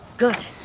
Good